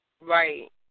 Right